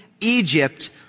Egypt